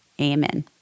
Amen